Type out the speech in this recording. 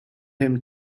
him